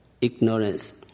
ignorance